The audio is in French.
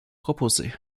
proposés